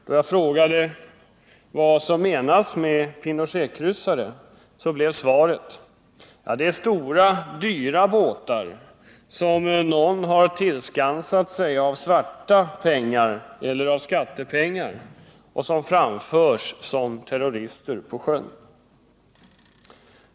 Då jag frågade vad som menades med Pinochetkryssare blev svaret: Det är stora, dyra båtar som någon har tillskansat sig med ”svarta” pengar eller med skattepengar och som framförs till sjöss som om det var terrorister som förde båtarna.